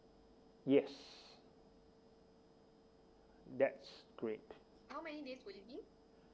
yes that's great